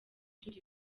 turi